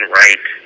right